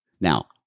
Now